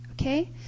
okay